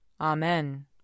Amen